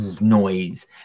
noise